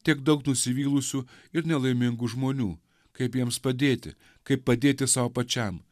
tiek daug nusivylusių ir nelaimingų žmonių kaip jiems padėti kaip padėti sau pačiam